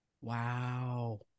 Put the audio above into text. Wow